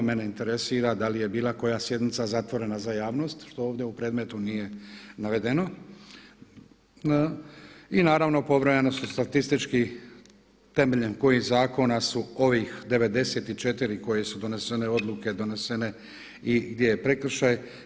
Mene interesira da li je bila koja sjednica zatvorena za javnost, što ovdje u predmetu nije navedeno i naravno pobrojani su statistički temeljem kojih zakona su ovih 94 koje su donesene odluke donesene i gdje je prekršaj.